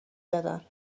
دادن